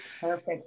perfect